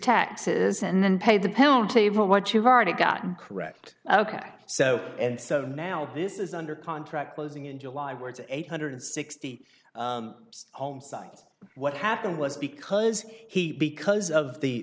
taxes and then pay the penalty for what you've already gotten correct ok so and so now this is under contract closing in july words eight hundred and sixty dollars homesite what happened was because he because of the